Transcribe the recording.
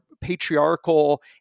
patriarchal